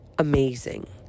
amazing